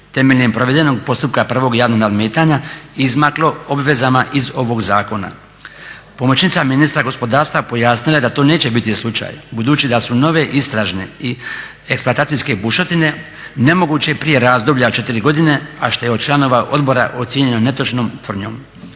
temeljem provedenog postupka prvog javnog nadmetanja izmaklo obvezama iz ovog zakona? Pomoćnica ministra gospodarstva pojasnila je da to neće biti slučaj budući da su nove istražne i eksploatacijske bušotine nemoguće prije razdoblja od 4 godine a što je od članova odbora ocijenjeno netočnom tvrdnjom.